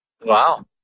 Wow